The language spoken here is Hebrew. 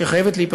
שחייבת להיפסק.